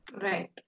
Right